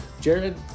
Jared